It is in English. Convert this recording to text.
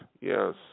Yes